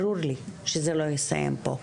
ברור לי שזה לא יסתיים פה.